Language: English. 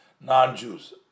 non-Jews